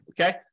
okay